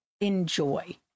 Enjoy